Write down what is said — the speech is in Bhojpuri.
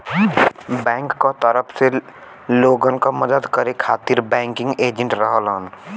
बैंक क तरफ से लोगन क मदद करे खातिर बैंकिंग एजेंट रहलन